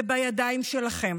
זה בידיים שלכם.